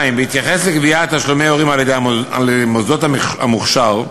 בהתייחס לגביית תשלומי הורים על-ידי מוסדות המוכש"ר,